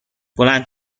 بلند